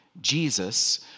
Jesus